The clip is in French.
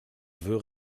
veut